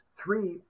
Three